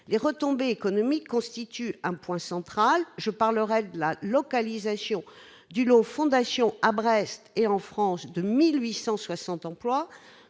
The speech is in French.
les retombées économiques constitue un point central, je parlerai de la localisation du lot fondation à Brest et en France de 1860 emplois,